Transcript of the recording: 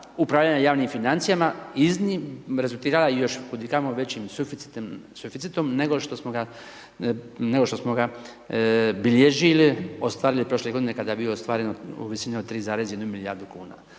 upravljanja javnim financijama rezultirala još kud i kamo većim suficitom nego što smo ga, nego što smo ga bilježili ostvarili prošle godine kada je bio ostvaren u visini od 3,1 milijardu kuna.